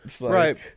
Right